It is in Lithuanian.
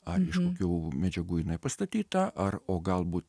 ar iš kokių medžiagų jinai pastatyta ar o galbūt